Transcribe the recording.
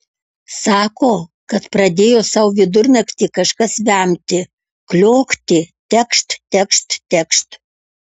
sako kad pradėjo sau vidurnaktį kažkas vemti kliokti tekšt tekšt tekšt